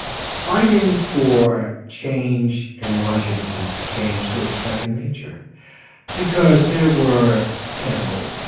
fighting for change in washington became sort of second nature because there were you know